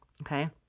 Okay